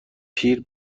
پیر